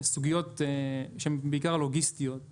סוגיות שהן בעיקר לוגיסטיות.